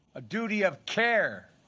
a duty of care